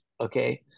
okay